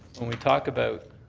when we talk about